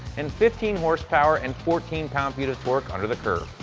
and fifteen horsepower and fourteen pound feet of torque under the curve.